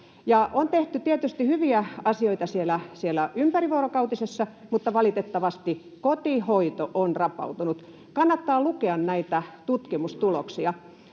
On tehty tietysti hyviä asioita siellä ympärivuorokautisessa, mutta valitettavasti kotihoito on rapautunut. Kannattaa lukea näitä tutkimustuloksia.